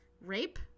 Rape